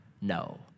no